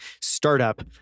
startup